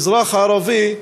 אזרח ערבי,